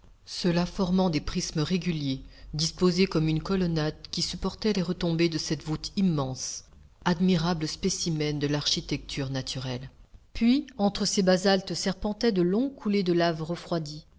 ceux-là formant des prismes réguliers disposés comme une colonnade qui supportait les retombées de cette voûte immense admirable spécimen de l'architecture naturelle puis entre ces basaltes serpentaient de longues coulées de laves refroidies